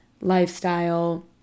lifestyle